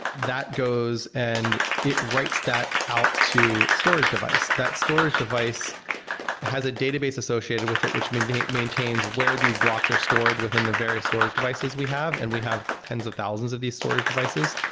that goes and it writes that out to storage device. that storage device has a database associated with it which maintains maintains where these blocks are stored within the various storage devices we have, and we have tens of thousands of these storage devices,